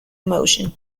motion